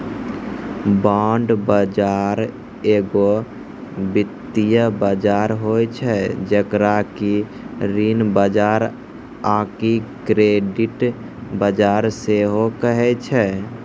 bond बजार एगो वित्तीय बजार होय छै जेकरा कि ऋण बजार आकि क्रेडिट बजार सेहो कहै छै